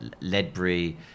Ledbury